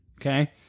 okay